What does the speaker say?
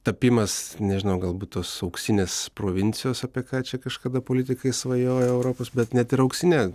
tapimas nežinau galbūt tos auksinės provincijos apie ką čia kažkada politikai svajojo europos bet net ir auksine